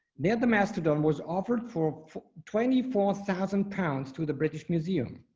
near the mastodon was offered for twenty four thousand pounds to the british museum